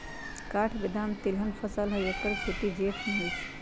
काठ बेदाम तिलहन फसल हई ऐकर खेती जेठ में होइ छइ